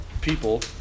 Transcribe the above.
people